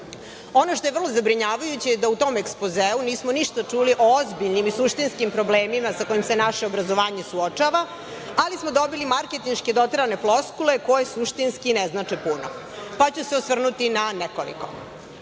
što je vrlo zabrinjavajuće je da u tom ekspozeu nismo ništa čuli o ozbiljnim i suštinskim problemima sa kojim se naše obrazovanje suočava, ali smo dobili marketinške doterane floskule, koje suštinski ne znače puno, pa ću se osvrnuti na nekoliko. Kao